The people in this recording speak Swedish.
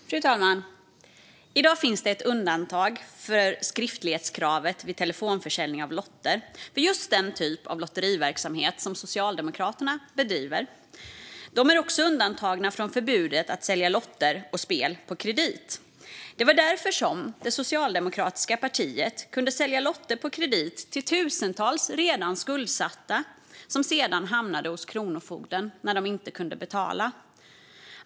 Fru talman! I dag finns ett undantag från skriftlighetskravet vid telefonförsäljning av lotter för just den typ av lotteriverksamhet som Socialdemokraterna bedriver. De är också undantagna från förbudet att sälja lotter och spel på kredit. Det var därför det socialdemokratiska partiet kunde sälja lotter på kredit till tusentals redan skuldsatta, som sedan hamnade hos kronofogden när de inte kunde betala.